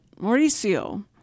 Mauricio